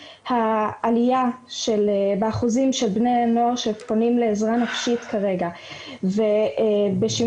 העלייה באחוזים של בני נוער שפונים לעזרה נפשית כרגע ובשימוש